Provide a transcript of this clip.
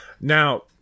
Now